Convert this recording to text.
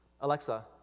Alexa